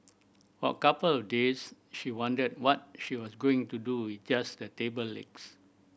for a couple of days she wondered what she was going to do with just the table legs